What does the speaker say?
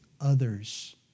others